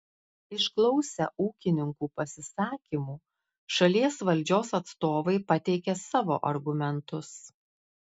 išklausę ūkininkų pasisakymų šalies valdžios atstovai pateikė savo argumentus